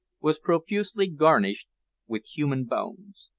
was profusely garnished with human bones.